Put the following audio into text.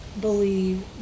believe